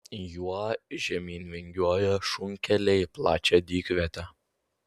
juo žemyn vingiuoja šunkeliai į plačią dykvietę